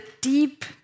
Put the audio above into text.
deep